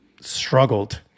struggled